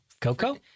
Coco